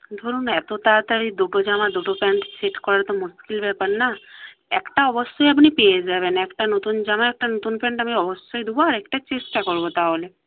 ধরুন এত তাড়াতাড়ি দুটো জামা দুটো প্যান্ট সেট করা তো মুশকিল ব্যাপার না একটা অবশ্যই আপনি পেয়ে যাবেন একটা নতুন জামা একটা নতুন প্যান্ট আমি অবশ্যই দেবো আর একটা চেষ্টা করব তাহলে